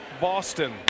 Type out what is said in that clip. Boston